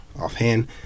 offhand